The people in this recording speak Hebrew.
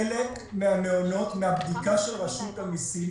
מהמעונות מהבדיקה של רשות המסים